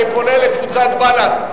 אני פונה לקבוצת בל"ד: